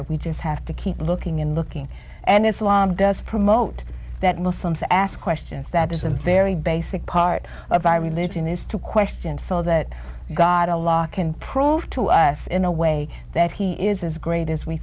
there we just have to keep looking and looking and islam does promote that muslims ask questions that is a very basic part of our religion is to question so that god a law can prove to us in a way that he is as great as we